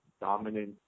dominant